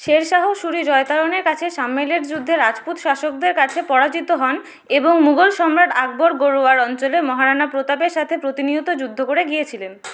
শের শাহ সুরি জয়তারণের কাছে সাম্মেলের যুদ্ধে রাজপুত শাসকদের কাছে পরাজিত হন এবং মুঘল সম্রাট আকবর গোরওয়ার অঞ্চলে মহারাণা প্রতাপের সাথে প্রতিনিয়ত যুদ্ধ করে গিয়েছিলেন